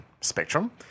Spectrum